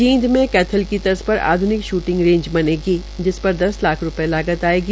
जींद में कैथल की तर्ज पर आध्निक शूटिंग रेंज बनेगी जिस पर दस लाख रूपये की लागत आयेगी